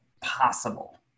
possible